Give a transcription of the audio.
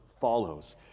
follows